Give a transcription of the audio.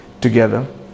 together